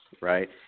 right